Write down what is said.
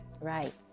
Right